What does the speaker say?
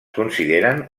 consideren